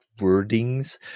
wordings